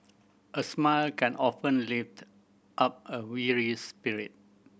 a smile can often lift up a weary spirit